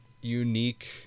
unique